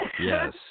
Yes